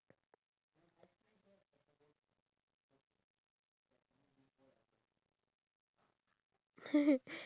life expectancy is up to if I'm not wrong eighty three point four